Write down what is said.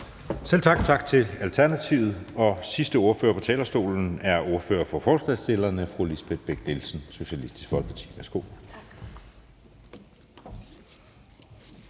Selv tak til Alternativet. Sidste ordfører på talerstolen er ordfører for forslagsstillerne fru Lisbeth Bech-Nielsen, Socialistisk Folkeparti. Værsgo. Kl.